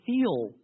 feel